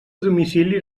domicili